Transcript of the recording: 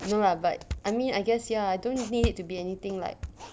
no lah but I mean I guess ya don't need to be anything like